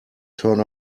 turn